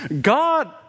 God